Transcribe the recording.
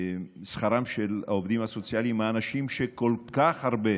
שכרם של העובדים הסוציאליים, האנשים שכל כך הרבה